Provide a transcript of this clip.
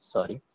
Sorry